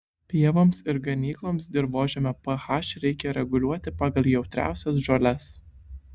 pievoms ir ganykloms dirvožemio ph reikia reguliuoti pagal jautriausias žoles